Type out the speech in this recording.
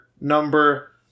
number